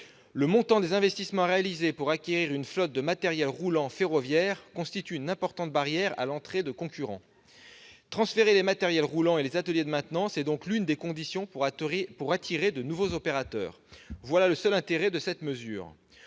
le montant des investissements réalisés pour acquérir une flotte de matériel roulant ferroviaire constitue une importante barrière à l'entrée de concurrents. Transférer les matériels roulants et les ateliers de maintenance est donc l'une des conditions pour attirer de nouveaux opérateurs. C'est le seul intérêt de cette mesure.